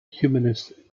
humanist